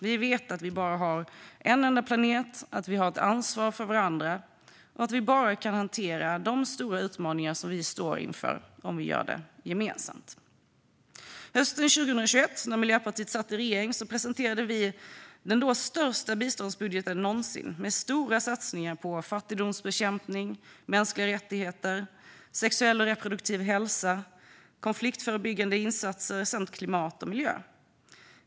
Vi vet att vi bara har en enda planet, att vi har ett ansvar för varandra och att vi bara kan hantera de stora utmaningar som vi står inför om vi gör det gemensamt. Hösten 2021, när Miljöpartiet satt i regering, presenterade vi den då största biståndsbudgeten någonsin, med stora satsningar på fattigdomsbekämpning, mänskliga rättigheter, sexuell och reproduktiv hälsa, konfliktförebyggande insatser samt klimat och miljö.